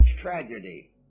tragedy